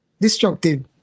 destructive